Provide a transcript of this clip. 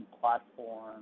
platform